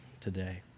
today